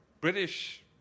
British